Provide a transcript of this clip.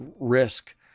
risk